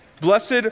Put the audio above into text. Blessed